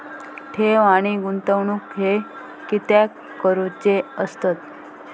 ठेव आणि गुंतवणूक हे कित्याक करुचे असतत?